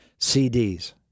CDs